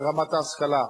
זה רמת ההשכלה.